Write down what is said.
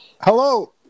Hello